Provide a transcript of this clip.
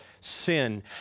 sin